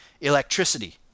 electricity